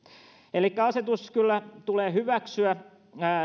elikkä asetus kyllä tulee hyväksyä